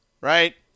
right